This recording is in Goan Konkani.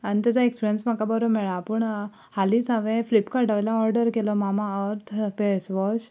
आनी तेजो एक्सपिरीयन्स म्हाका बरो मेळ्ळा पूण हालींच हांवें फ्लीपकार्टा वयल्यान ऑर्डर केलो मामा अर्त फॅसवॉश